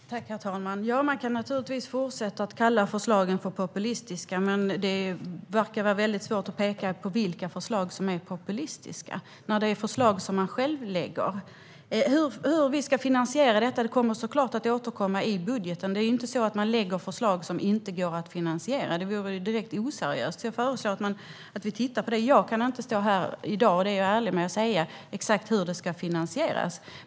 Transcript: Herr talman! Man kan naturligtvis fortsätta att kalla förslagen för populistiska, men det verkar vara väldigt svårt att peka på vilka förslag som är populistiska när det är förslag man själv lägger fram. Hur vi ska finansiera detta kommer vi såklart att återkomma till i budgeten. Det är inte så att man lägger fram förslag som inte går att finansiera; det vore direkt oseriöst. Jag föreslår att vi tittar på det. Jag kan inte stå här i dag - det är jag ärlig med att säga - och säga exakt hur det ska finansieras.